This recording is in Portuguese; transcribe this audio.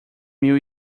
mil